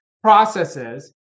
processes